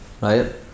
Right